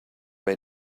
may